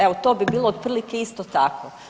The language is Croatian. Evo to bi bilo otprilike isto tako.